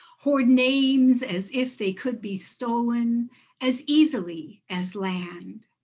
hoard names as if they could be stolen as easily as land,